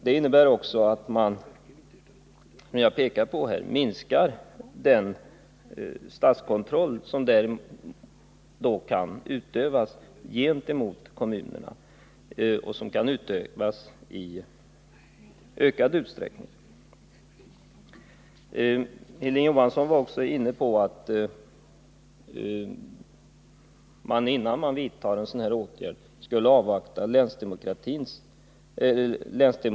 Vi pekar här på att man minskar den statskontroll som annars i ökad utsträckning kan utövas gentemot kommunerna. Hilding Johansson var också inne på att man innan man vidtar en sådan här åtgärd skulle avvakta länsdemokratikommitténs betänkande.